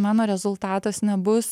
mano rezultatas nebus